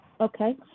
Okay